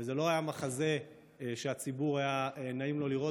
וזה לא היה מחזה שהיה נעים לציבור לראות,